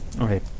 Okay